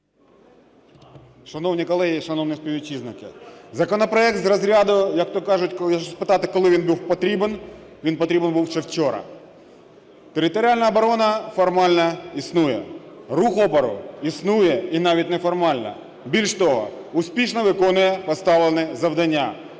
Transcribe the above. Шановні колеги, шановні співвітчизники, законопроект з розряду як-то кажуть… Хотів спитати. Коли він був потрібен? Він потрібен був ще вчора. Територіальна оборона формально існує. Рух опору існує, і навіть неформально. Більш того, успішно виконує поставлене завдання,